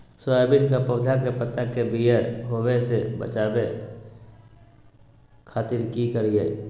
Soybean के पौधा के पत्ता के पियर होबे से बचावे खातिर की करिअई?